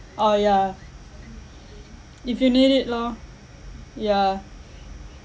oh ya if you need it lor yeah